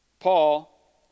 Paul